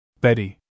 Betty